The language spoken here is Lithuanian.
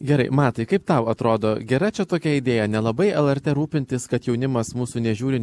gerai matai kaip tau atrodo gera čia tokia idėja nelabai lrt rūpintis kad jaunimas mūsų nežiūri